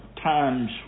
times